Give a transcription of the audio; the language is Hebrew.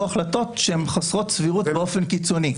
החלטות שהן חסרות סבירות באופן קיצוני.